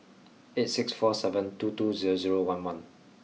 eight six four seven two two zero zero one one